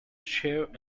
chair